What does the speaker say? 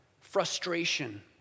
frustration